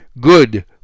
Good